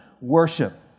Worship